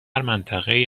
منطقهای